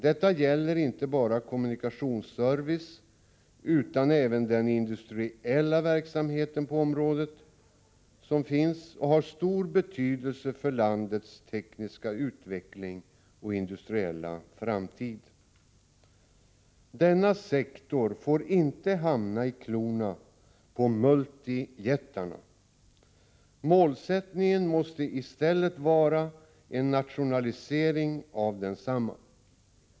Detta gäller inte bara kommunikationsservice utan även den industriella verksamhet på området som finns och som har stor betydelse för landets tekniska utveckling och industriella framtid. Denna sektor får inte hamna i klorna på multijättarna. Målsättningen måste i stället vara en nationalisering av densamma.